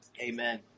Amen